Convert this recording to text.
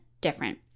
different